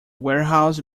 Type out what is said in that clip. warehouse